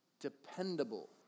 dependable